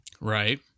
Right